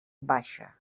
baixa